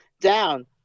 down